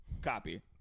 Copy